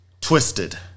Twisted